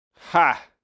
Ha